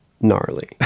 gnarly